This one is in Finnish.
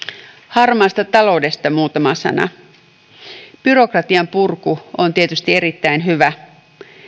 harmaasta taloudesta muutama sana byrokratian purku on tietysti erittäin hyvä